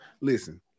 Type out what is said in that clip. listen